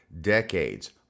decades